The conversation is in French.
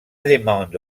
demande